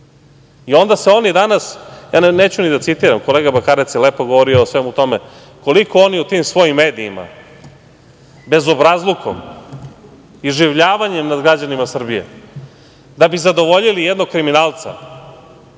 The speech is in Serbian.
se oni danas, neću ni da citiram, kolega Bakarac je lepo govorio o svemu tome, koliko oni u tim svojim medijima bezobrazlukom, iživljavanjem nad građanima Srbije, da bi zadovoljili jednog kriminalca,